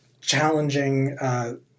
challenging